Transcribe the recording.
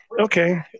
okay